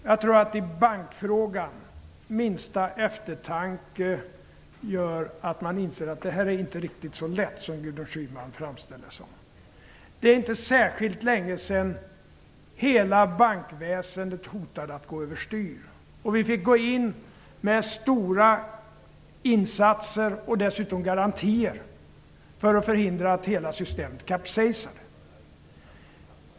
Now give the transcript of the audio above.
Herr talman! När det gäller bankfrågan tror jag att minsta eftertanke gör att man inser att det inte riktigt är så lätt som Gudrun Schyman framställer det. Det är inte särskilt länge sedan hela bankväsendet hotade att gå över styr. Vi fick gå in med stora insatser och garantier för att förhindra att hela systemet kapsejsade.